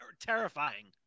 Terrifying